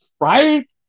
Right